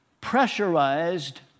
pressurized